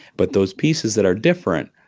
but those pieces that are different,